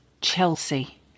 Chelsea